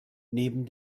neben